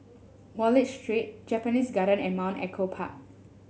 Wallich Street Japanese Garden and Mount Echo Park